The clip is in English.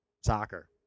soccer